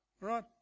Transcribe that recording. right